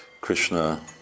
Krishna